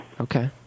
Okay